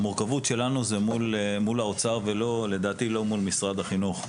המורכבות שלנו היא מול משרד האוצר ולדעתי לא מול משרד החינוך.